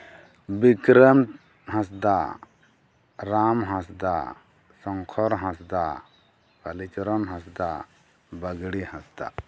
Bikram Hansda Ram Hansda Shankar Hansda Kali Charan Hansda Bagdi Hansda